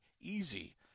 Easy